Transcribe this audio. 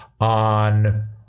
on